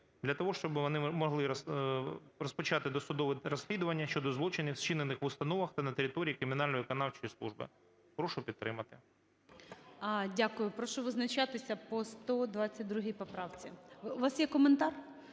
для того, щоб вони могли розпочати досудове розслідування щодо злочинів, вчинених в установах та на території кримінально-виконавчої служби. Прошу підтримати. ГОЛОВУЮЧИЙ. Дякую. Прошу визначатися по 122 поправці. У вас є коментар?